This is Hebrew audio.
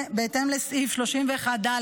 בהתאם לסעיף 31(ד)